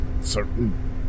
certain